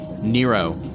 Nero